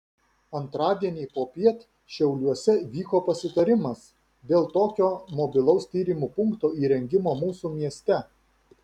antradienį popiet šiauliuose vyko pasitarimas dėl tokio mobilaus tyrimų punkto įrengimo mūsų mieste